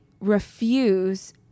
refuse